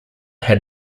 had